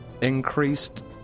increased